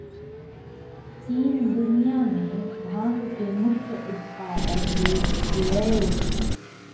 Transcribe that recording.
चीन दुनिया मे भांग के मुख्य उत्पादक देश छियै